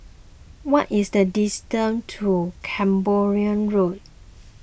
what is the distance to Camborne Road